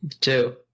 Two